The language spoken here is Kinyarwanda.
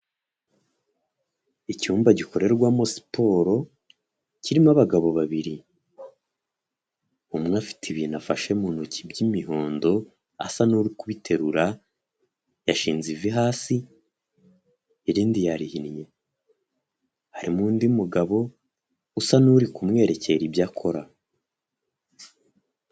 Icyumba gikorerwamo siporo kirimo abagabo babiri umwe afite ibintu afashe mu ntoki by'imihondo asa n'uri kubibiterura yashinze ivi hasi irindi yarihinnye, harimo undi mugabo usa n'uri kumwerekera ibyo akora.